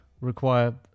Require